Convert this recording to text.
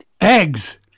Eggs